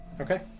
Okay